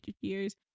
years